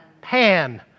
Pan